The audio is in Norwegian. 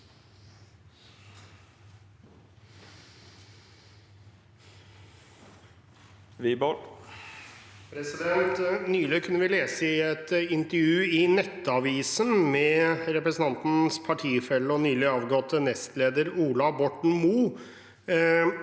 Nylig kunne vi lese et intervju i Nettavisen med representantens partifelle og nylig avgåtte nestleder Ola Borten Moe,